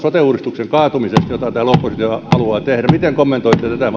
sote uudistuksen kaatumisesta jota täällä oppositio haluaa tehdä miten kommentoitte tätä